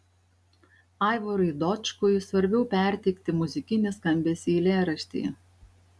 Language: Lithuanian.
aivarui dočkui svarbiau perteikti muzikinį skambesį eilėraštyje